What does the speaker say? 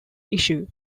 issue